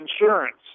insurance